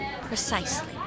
Precisely